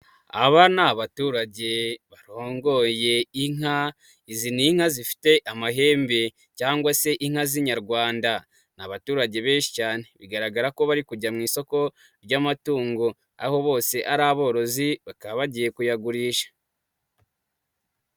Aba ni abaturage barongoye inka, izi ni inka zifite amahembe cyangwa se inka z'inyarwanda, ni abaturage benshi cyane, bigaragara ko bari kujya mu isoko ry'amatungo, aho bose ari aborozi bakaba bagiye kuyagurisha.